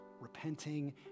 repenting